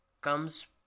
comes